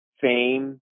fame